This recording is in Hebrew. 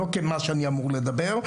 לא כמה שאני אמור לדבר,